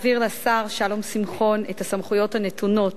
להעביר לשר שלום שמחון את הסמכויות הנתונות